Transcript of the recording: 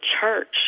church